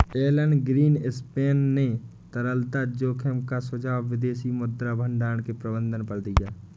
Elon Greenspan ने तरलता जोखिम का सुझाव विदेशी मुद्रा भंडार के प्रबंधन पर दिया